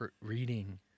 reading